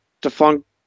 defunct